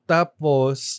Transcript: Tapos